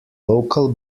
local